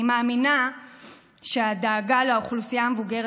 אני מאמינה שהדאגה לאוכלוסייה המבוגרת